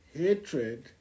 hatred